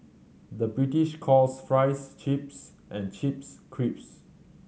the British calls fries chips and chips crisps